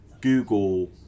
Google